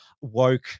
woke